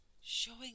showing